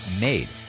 made